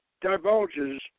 divulges